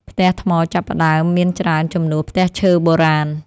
ផ្ទះថ្មចាប់ផ្ដើមមានច្រើនជំនួសផ្ទះឈើបុរាណ។